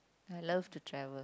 I love to travel